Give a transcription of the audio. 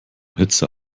hitze